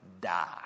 die